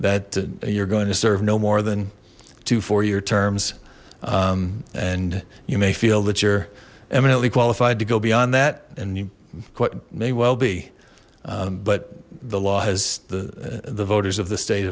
that you're going to serve no more than two four year terms and you may feel that you're eminently qualified to go beyond that and you may well be but the law has the the voters of the state